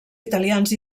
italians